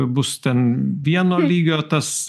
bus ten vieno lygio tas